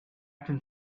can